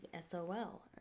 SOL